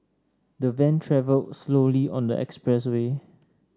the van travelled slowly on the expressway